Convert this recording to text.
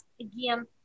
again